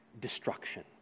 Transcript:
destruction